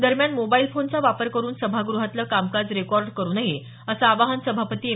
दरम्यान मोबाइल फोनचा वापर करून सभागृहातलं कामकाज रेकॉर्ड करू नये असं आवाहन सभापती एम